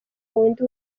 wundi